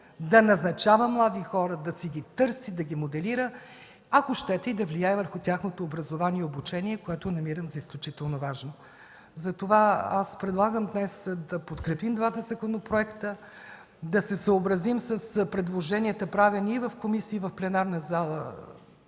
да назначава млади хора, да ги търси, да ги моделира, ако щете, и да влияе върху тяхното образование и обучение, което намирам за изключително важно. Предлагам да подкрепим двата законопроекта, да се съобразим с предложенията, правени в комисията и в пленарната зала